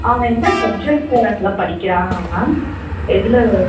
அவன் எந்த சப்ஜெக்ட்டில் நல்லா படிக்கிறான் மேம் எதில்